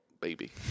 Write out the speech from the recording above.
baby